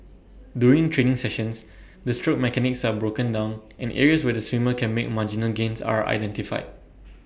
during training sessions the stroke mechanics are broken down and areas where the swimmer can make marginal gains are identified